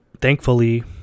thankfully